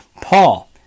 Paul